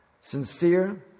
sincere